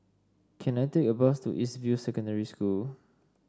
can I take a bus to East View Secondary School